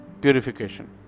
purification